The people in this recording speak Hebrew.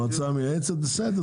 מועצה מייעצת, בסדר.